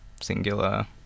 singular